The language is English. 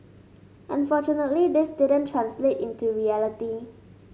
unfortunately this didn't translate into reality